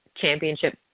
championship